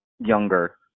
younger